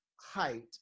height